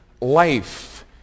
life